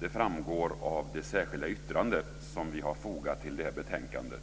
Det framgår av det särskilda yttrande som vi har fogat till detta betänkande.